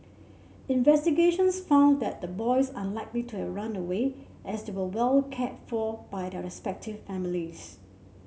investigations found that the boys unlikely to have run away as they were well cared for by their respective families